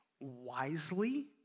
wisely